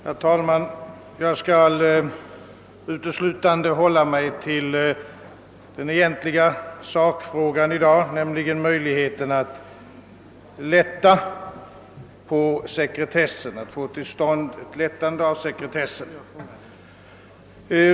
Herr talman! Jag skall uteslutande hålla mig till den egentliga sakfrågan, nämligen möjligheten att få till stånd ett lättande av sekretessen.